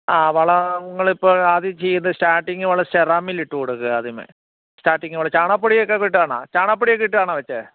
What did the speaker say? ആ വളങ്ങൾ ഇപ്പോൾ അത് ചെയ്ത് സ്റ്റാർട്ടിങ് വളം സെറാമില്ല് ഇട്ടുകൊടുക്കുക ആദ്യമേ സ്റ്റാർട്ടിങ് നമ്മള് ചാണകപ്പൊടിയൊക്കെ ഇട്ടതാണോ ചാണകപ്പൊടിയൊക്കെ ഇട്ടാണോ വെച്ചത്